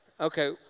Okay